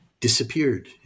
disappeared